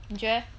你觉